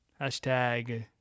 Hashtag